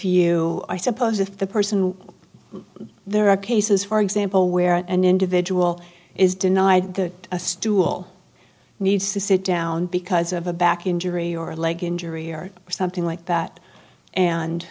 you i suppose if the person there are cases for example where an individual is denied the a stool needs to sit down because of a back injury or a leg injury or something like that and